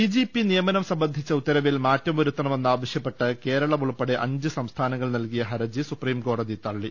DGP നിയമനം സംബന്ധിച്ച ഉത്തരവിൽ മാറ്റം വരുത്തണമെന്നാവ ശ്യപ്പെട്ട് കേരളം ഉൾപ്പെടെ അഞ്ച് സംസ്ഥാനങ്ങൾ നൽകിയ ഹർജി സുപ്രിംകോടതി തള്ളി